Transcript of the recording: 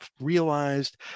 realized